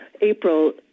April